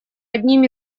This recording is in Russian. одним